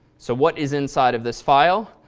so what is inside of this file?